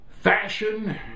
fashion